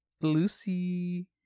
Lucy